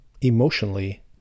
emotionally